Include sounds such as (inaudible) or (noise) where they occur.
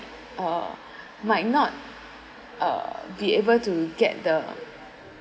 uh (breath) might not uh be able to get the